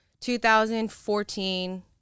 2014